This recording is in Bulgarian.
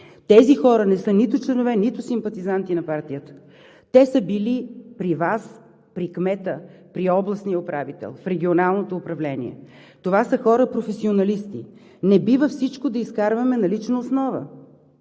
Тези хора не са нито членове, нито симпатизанти на партията. Те са били при Вас, при кмета, при областния управител, в Регионалното управление, това са хора професионалисти и не бива всичко да изкарваме на лична основа.